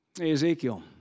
Ezekiel